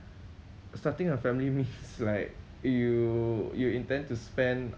starting a family means like you you intend to spend